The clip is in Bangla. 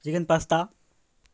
chicken pasta